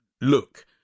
look